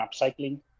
Upcycling